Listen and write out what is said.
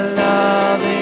love